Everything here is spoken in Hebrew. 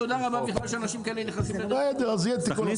בסדר אז יהיה תיקון.